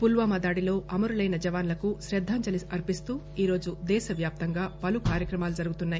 పుల్పామా దాడిలో అమరులైన జవాన్లకు క్రద్దాంజలి అర్పిస్తూ ఈరోజు దేశవ్యాప్తంగా పలు కార్యక్రమాలు జరుగుతున్నాయి